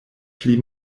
pli